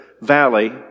Valley